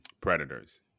Predators